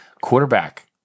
Quarterback